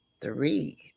three